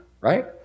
right